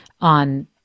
on